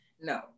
No